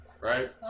Right